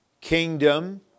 kingdom